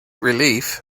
relief